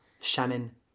Shannon